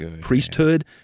priesthood